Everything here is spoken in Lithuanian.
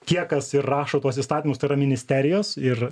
tie kas ir rašo tuos įstatymus tai yra ministerijos ir